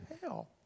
hell